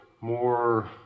more